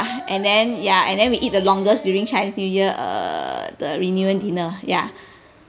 and then ya and then we eat the longest during chinese new year err the reunion dinner ya